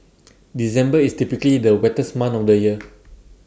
December is typically the wettest month of the year